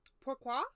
Pourquoi